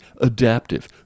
adaptive